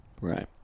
Right